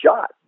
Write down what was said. shot